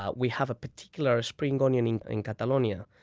ah we have a particular spring onion in in catalonia,